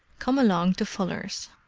come along to fuller's.